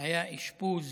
היה אשפוז